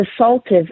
assaultive